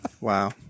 wow